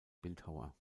bildhauer